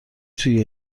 توی